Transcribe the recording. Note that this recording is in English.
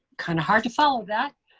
kind of hard to follow that.